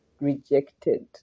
rejected